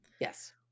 Yes